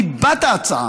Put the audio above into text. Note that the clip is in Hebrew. ליבת ההצעה,